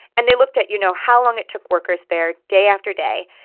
and they looked at, you know, how long it took workers there, day after day,